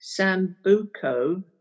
Sambuco